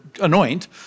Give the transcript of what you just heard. anoint